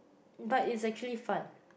but it's actually fun